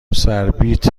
سربیت